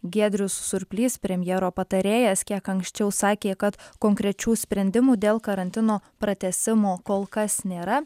giedrius surplys premjero patarėjas kiek anksčiau sakė kad konkrečių sprendimų dėl karantino pratęsimo kol kas nėra